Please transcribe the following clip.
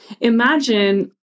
imagine